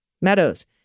Meadows